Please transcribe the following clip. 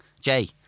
Jay